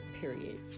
period